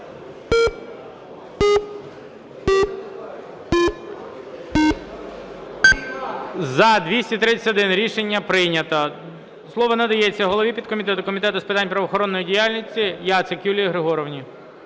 За-231 Рішення прийнято. Слово надається голові підкомітету Комітету з питань правоохоронної діяльності Яцик Юлії Григорівні.